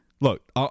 Look